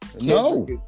No